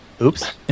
Oops